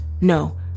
No